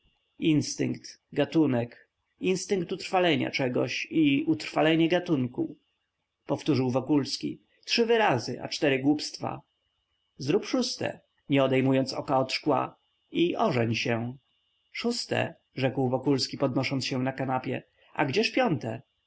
instynkt gatunek instynkt utrwalenia czegoś i utrwalenie gatunku powtórzył wokulski trzy wyrazy a cztery głupstwa zrób szóste odpowiedział doktor nie odejmując oka od szkła i ożeń się szóste rzekł wokulski podnosząc się na kanapie a gdzież piąte